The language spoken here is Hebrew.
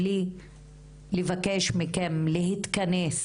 בלי לבקש מכם להתכנס